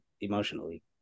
emotionally